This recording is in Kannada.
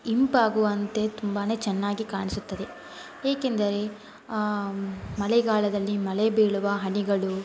ಇಂಪಾಗುವಂತೆ ತುಂಬಾ ಚೆನ್ನಾಗಿ ಕಾಣಿಸುತ್ತದೆ ಏಕೆಂದರೆ ಮಳೆಗಾಲದಲ್ಲಿ ಮಳೆ ಬೀಳುವ ಹನಿಗಳು